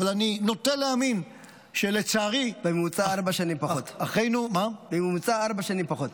אבל אני נוטה להאמין שלצערי --- בממוצע ארבע שנים פחות.